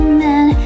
man